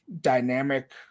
dynamic